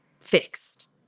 fixed